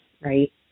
right